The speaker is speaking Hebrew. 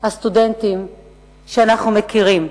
הסטודנטים שאנחנו מכירים.